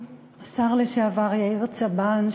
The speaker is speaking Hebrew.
השר לשעבר יאיר צבן,